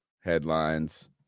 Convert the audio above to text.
headlines